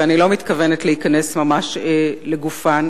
ואני לא מתכוונת להיכנס ממש לגופן,